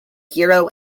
hero